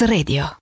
Radio